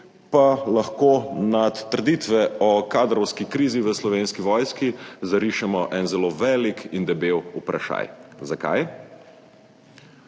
pa lahko nad trditve o kadrovski krizi v Slovenski vojski zarišemo en zelo velik in debel vprašaj. Zakaj?